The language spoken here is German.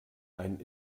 ein